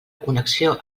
connexió